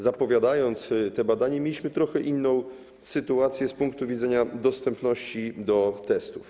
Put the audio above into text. Zapowiadając te badania, mieliśmy trochę inną sytuację z punktu widzenia dostępności do testów.